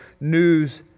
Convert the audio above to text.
news